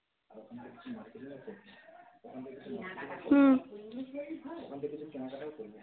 হুম